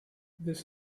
this